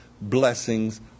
blessings